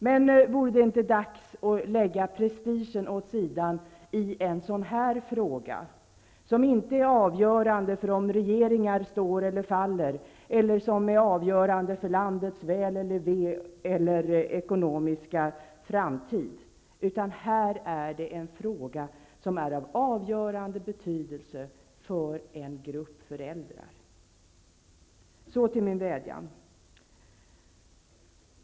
Men vore det inte dags att lägga prestigen åt sidan i en sådan här fråga, som inte är avgörande för om regeringar står eller faller, för landets väl och ve eller ekonomiska framtid? Det här är en fråga som är av avgörande betydelse för en grupp föräldrar. Så till min vädjan.